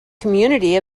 community